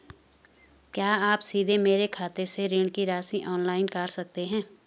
क्या आप सीधे मेरे खाते से ऋण की राशि ऑनलाइन काट सकते हैं?